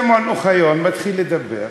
שמעון אוחיון מתחיל לדבר,